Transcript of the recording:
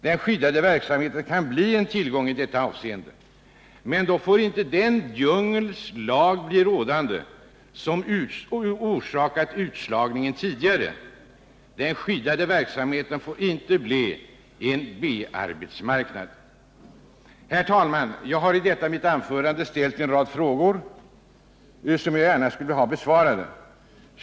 Den skyddade verksamheten kan bli en tillgång i detta avseende. Men då får inte den djungelns lag bli rådande som tidigare orsakat utslagningen. Den skyddade verksamheten får inte bli en B arbetsmarknad. Herr talman! Jag har i detta mitt anförande ställt en rad frågor som jag gärna vill ha besvarade.